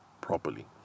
properly